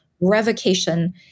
revocation